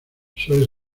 suele